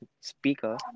speaker